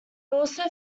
also